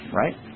right